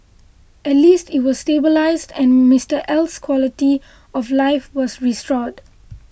at least it was stabilised and Mister L's quality of life was restored